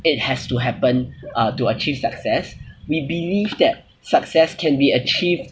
it has to happen uh to achieve success we believe that success can be achieved